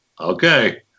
Okay